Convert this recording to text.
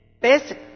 basic